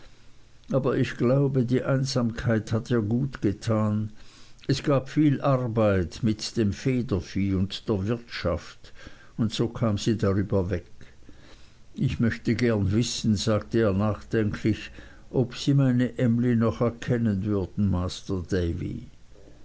aber ich glaube die einsamkeit hat ihr gut getan es gab viel arbeit mit dem federvieh und der wirtschaft und so kam sie drüber weg ich möchte gern wissen sagte er nachdenklich ob sie meine emly noch erkennen würden masr davy